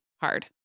hard